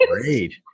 great